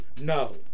no